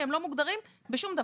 כי הם לא מוגדרים בשום דבר.